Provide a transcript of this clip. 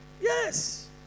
Yes